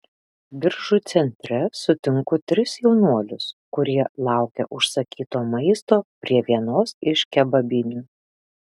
biržų centre sutinku tris jaunuolius kurie laukia užsakyto maisto prie vienos iš kebabinių